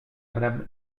madame